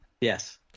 Yes